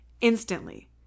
instantly